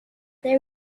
they